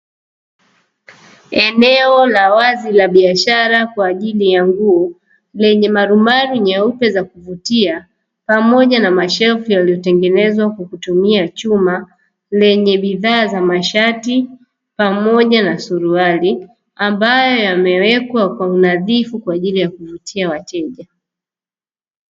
Eneo la wazi la biashara kwa ajili nguo lenye maru maru nyeupe za kuvutia, pamoja na mashelfu yaliyotengenezwa kwa kutumia chuma; lenye bidhaa za mashati pamoja na suruali ambayo yamewekwa kwa unadhifu kwa ajili ya kuwavutia wateja.